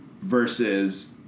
versus